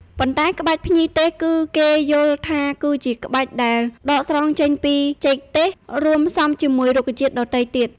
ប៉ុន្តែក្បាច់ភ្ញីទេស គឺគេយល់ថាគឺជាក្បាច់ដែលដកស្រង់ចេញពីចេកទេស រួមផ្សំជាមួយរុក្ខជាតិដ៏ទៃទៀត។